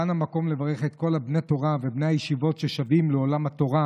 כאן המקום לברך את כל בני התורה ובני הישיבות ששבים לעולם התורה,